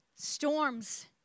Storms